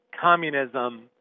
communism